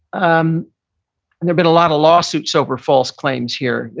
um there've been a lot of lawsuits over false claims here.